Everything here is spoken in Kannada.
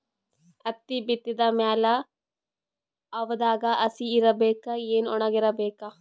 ಹತ್ತಿ ಬಿತ್ತದ ಮ್ಯಾಲ ಹವಾದಾಗ ಹಸಿ ಇರಬೇಕಾ, ಏನ್ ಒಣಇರಬೇಕ?